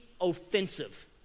offensive